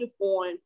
on